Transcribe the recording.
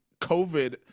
COVID